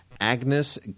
Agnes